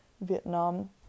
Vietnam